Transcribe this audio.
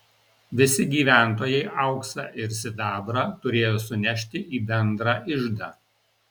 visi gyventojai auksą ir sidabrą turėjo sunešti į bendrą iždą